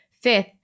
Fifth